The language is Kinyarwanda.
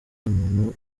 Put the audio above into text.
muntu